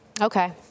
Okay